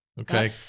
Okay